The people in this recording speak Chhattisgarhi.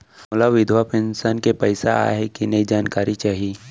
मोला विधवा पेंशन के पइसा आय हे कि नई जानकारी चाही?